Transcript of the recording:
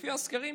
לפי הסקרים,